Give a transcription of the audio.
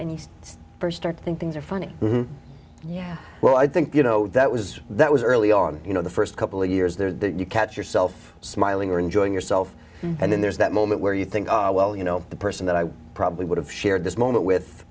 and you st start to think things are funny yeah well i think you know that was that was early on you know the st couple of years there you catch yourself smiling or enjoying yourself and then there's that moment where you think oh well you know the person that i probably would have shared this moment with